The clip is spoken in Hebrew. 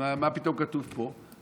מה פתאום זה כתוב פה?